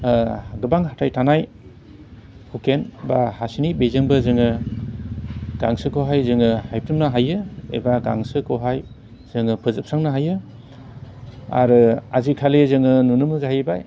गोबां हाथाय थानाय हुखेन बा हासिनि बेजोंबो जोङो गांसोखौहाय जोङो हायथुमनो हायो एबा गांसोखौहाय जोङो फोजोबस्रांनो हायो आरो आजिखालि जोङो नुनोबो जाहैबाय